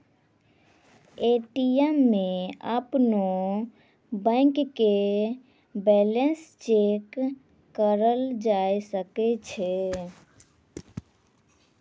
ATM मे अपनो bank के बैलेंस चेक करलो जाय सकै छै